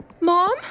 Mom